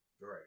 Right